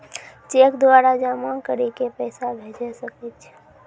Cheque द्वारा जमा करि के पैसा भेजै सकय छियै?